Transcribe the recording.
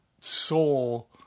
soul